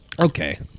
Okay